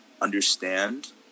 understand